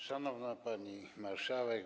Szanowna Pani Marszałek!